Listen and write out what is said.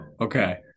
okay